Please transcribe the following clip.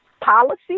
policy